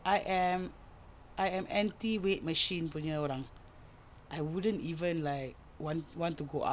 I am I am anti weight machine punya orang I wouldn't even like want want to go up